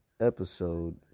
episode